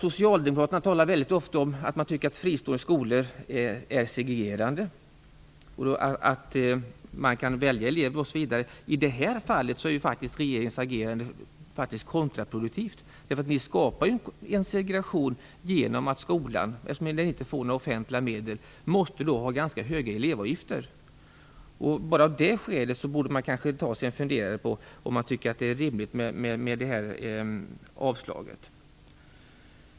Socialdemokraterna talar väldigt ofta om att fristående skolor är segregerande, att de kan välja elever osv. I det här fallet är faktiskt regeringens agerande kontraproduktivt, därför att regeringen skapar ju skolor som måste ha ganska höga elevavgifter, eftersom de inte får några offentliga medel. Bara av det skälet borde man kanske ta sig en funderare på om man tycker att avslaget är rimligt.